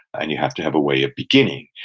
and you have to have a way of beginning.